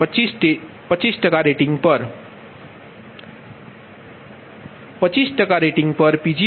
25 rating પર Pg12